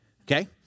Okay